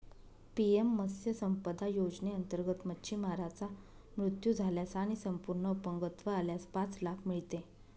PM मत्स्य संपदा योजनेअंतर्गत, मच्छीमाराचा मृत्यू झाल्यास आणि संपूर्ण अपंगत्व आल्यास पाच लाख मिळते